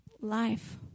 life